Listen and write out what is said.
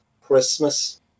christmas